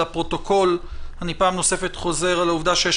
לפרוטוקול אני פעם נוספת חוזר על העובדה שיש